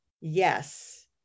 yes